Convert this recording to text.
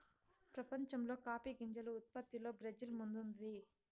ప్రపంచంలో కాఫీ గింజల ఉత్పత్తిలో బ్రెజిల్ ముందుంది